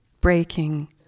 breaking